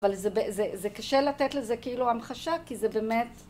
אבל זה קשה לתת לזה כאילו המחשה כי זה באמת